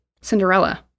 Cinderella